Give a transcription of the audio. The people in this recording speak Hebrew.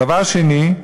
דבר שני,